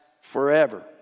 forever